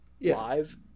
live